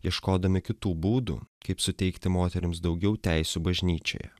ieškodami kitų būdų kaip suteikti moterims daugiau teisių bažnyčioje